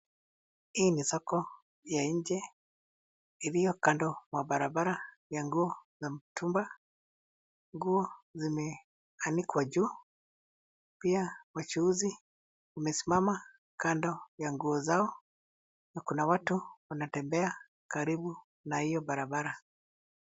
Hii ni soko ya nje iliyo kando mwa barabara ya nguo na mtumba. Nguo zimeanikwa juu. Pia wachuuzi wamesimama kando ya nguo zao na kuna watu wanatembea karibu na hiyo barabara.